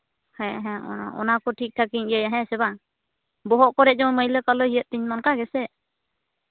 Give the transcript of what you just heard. ᱦᱮᱸ ᱦᱮᱸ ᱚᱱᱟᱠᱚ ᱴᱷᱤᱠ ᱴᱷᱟᱠᱤᱧ ᱤᱭᱟᱹᱭᱟ ᱦᱮᱸ ᱥᱮ ᱵᱟᱝ ᱵᱚᱦᱚᱜ ᱠᱚᱨᱮᱜ ᱡᱮᱢᱚᱱ ᱢᱟᱹᱭᱞᱟᱹ ᱠᱚ ᱟᱞᱚ ᱤᱭᱟᱹᱜ ᱛᱤᱧᱢᱟ ᱚᱱᱠᱟ ᱜᱮᱥᱮ